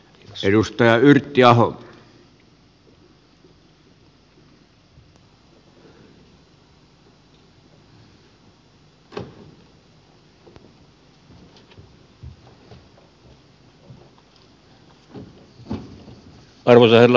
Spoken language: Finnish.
arvoisa herra puhemies